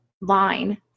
line